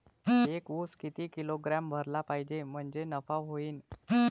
एक उस किती किलोग्रॅम भरला पाहिजे म्हणजे नफा होईन?